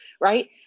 Right